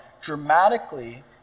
dramatically